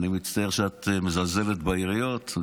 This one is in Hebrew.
אני מצטער שאת מזלזלת בעיריות.